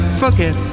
forget